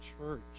church